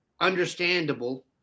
understandable